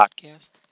podcast